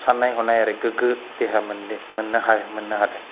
साननाय हनाय ओरै गोगो देहा मोनदे मोन्नो हाय मोन्नो हादों